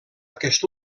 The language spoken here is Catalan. aquest